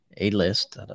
A-list